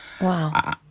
Wow